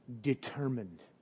Determined